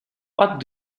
what